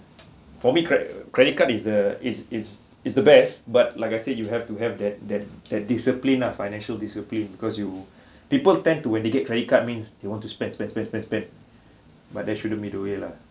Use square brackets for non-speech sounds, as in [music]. for me cre~ credit card is the is is is the best but like I said you have to have that that that discipline ah financial discipline because you [breath] people tend to when they get credit card means they want to spend spend spend spend spend but that shouldn't be the way lah